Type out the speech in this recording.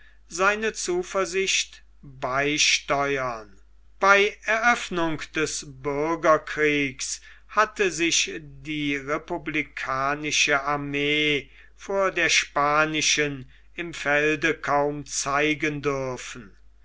seine zuversicht befeuern bei eröffnung des bürgerkrieges hatte sich die republikanische armee vor der spanischen im felde kaum zeigen dürfen